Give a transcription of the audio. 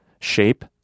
shape